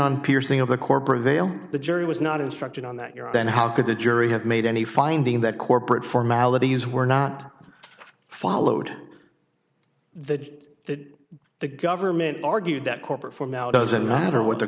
on piercing of the corporate veil the jury was not instructed on that your then how could the jury have made any finding that corporate formalities were not followed that that the government argued that corporate form now doesn't matter what the